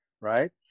Right